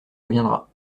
reviendra